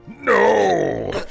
No